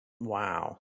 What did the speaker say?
Wow